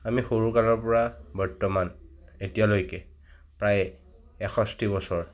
আমি সৰু কালৰপৰা বৰ্তমান এতিয়ালৈকে প্ৰায় এষষ্ঠি বছৰ